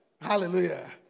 Hallelujah